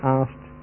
asked